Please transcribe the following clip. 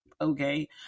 Okay